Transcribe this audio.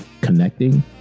connecting